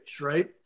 right